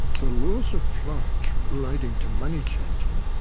the laws of florence relating to money changing,